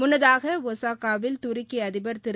முன்னதாக ஒசாகாவில் துருக்கி அதிபர் திரு